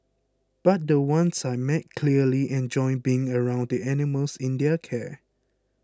but the ones I meet clearly enjoy being around the animals in their care